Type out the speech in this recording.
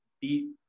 beat